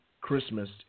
Christmas